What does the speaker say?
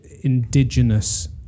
indigenous